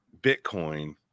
bitcoin